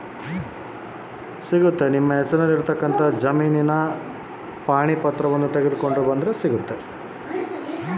Sir ನಮಗೆ ಕೃಷಿ ಮೇಲೆ ಸಾಲ ಸಿಗುತ್ತಾ?